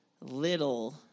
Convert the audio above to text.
little